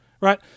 right